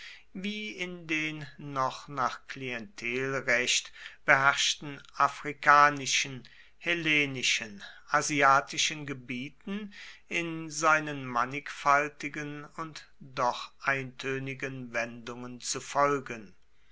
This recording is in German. wie in den noch nach klientelrecht beherrschten afrikanischen hellenischen asiatischen gebieten in seinen mannigfaltigen und doch eintönigen wendungen zu folgen